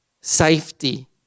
safety